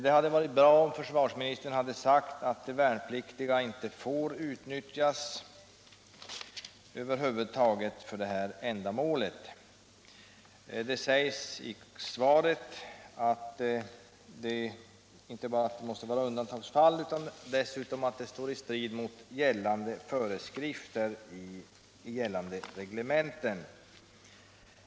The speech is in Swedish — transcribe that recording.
Det hade varit bra om försvarsministern hade sagt att värnpliktiga över huvud taget inte får utnyttjas för det ändamål som jag tagit upp i min fråga. Det sägs i svaret inte bara att det måste vara undantagsfall utan dessutom att det står i strid mot föreskrifter i gällande reglementen.